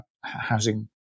housing